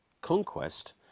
conquest